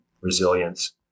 resilience